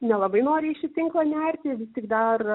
nelabai nori į šį tinklą nerti vis tik dar